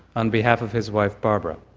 on behalf of his wife barbara.